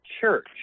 church